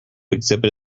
exhibit